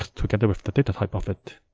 together with the data type of it.